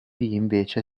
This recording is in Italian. invece